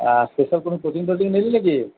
আর special কোনো coaching টোচিং নিলি না কি